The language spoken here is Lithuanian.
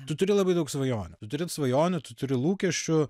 tu turi labai daug svajonių tu turi svajonių tu turi lūkesčių